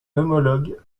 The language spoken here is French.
homologue